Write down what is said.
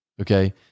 okay